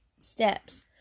Steps